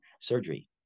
surgery